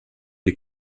les